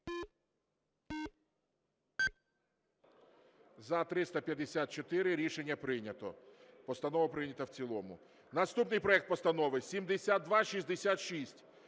За-354 Рішення прийнято. Постанова прийнята в цілому. Наступний проект Постанови 7266,